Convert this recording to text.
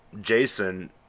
Jason